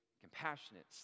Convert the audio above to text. Compassionate